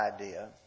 idea